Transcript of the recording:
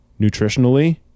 nutritionally